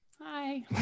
hi